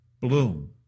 bloom